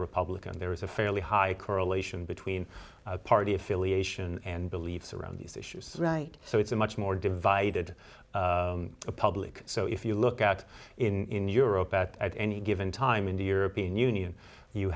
republicans there is a fairly high correlation between party affiliation and beliefs around these issues right so it's a much more divided public so if you look at in europe at any given time in the european union you